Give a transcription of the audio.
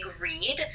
read